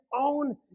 own